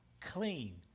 clean